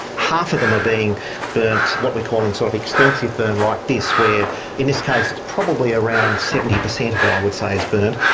half of them are being burnt what we're calling sort of extensive burn like this, where in this case it's probably around seventy per cent of it, i would say, is burnt.